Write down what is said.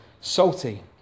salty